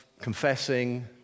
confessing